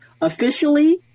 Officially